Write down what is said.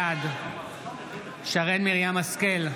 בעד שרן מרים השכל,